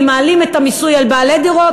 אם מעלים את המסים על בעלי דירות,